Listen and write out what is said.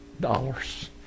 dollars